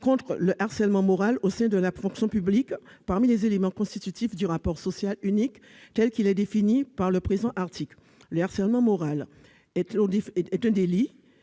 contre le harcèlement moral au sein de la fonction publique parmi les éléments constitutifs du rapport social unique tel qu'il est défini par le présent article. Le harcèlement moral est un délit